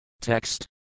Text